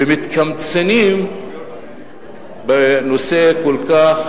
ומתקמצנים בנושא כל כך,